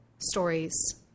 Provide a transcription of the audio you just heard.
stories